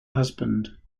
husband